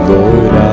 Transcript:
Lord